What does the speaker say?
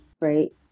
right